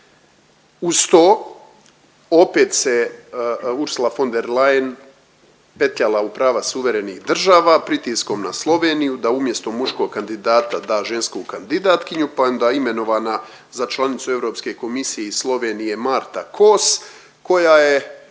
Uz to opet se Ursula von der Leyen petljala u prava suvremenih država pritiskom na Sloveniju da umjesto muškog kandidata da žensku kandidatkinju pa je onda imenovana za članicu Europske komisije iz Slovenije Marta Kos koja je,